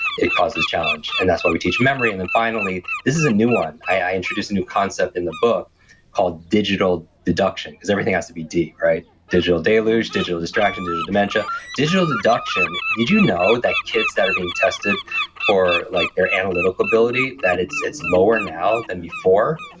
it causes challenge and that's why we teach memory and then finally, this is a new one, i introduced a new concept in the book called digital deduction, because everything has to be d digital deluge, digital distraction, digital dementia, digital deduction, did you know that kids that are being tested for like their analytical ability that it's it's lower now than before?